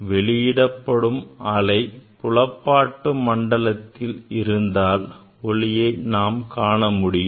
வெளியிடப்படும் அலை புலப்பாட்டு மண்டலத்தில் இருந்தால் ஒளியை நாம் காண முடியும்